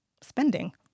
spending